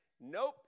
nope